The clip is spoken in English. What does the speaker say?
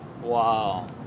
Wow